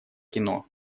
кино